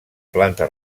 planta